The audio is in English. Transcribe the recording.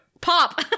pop